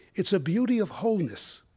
it's a beauty of wholeness.